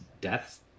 deaths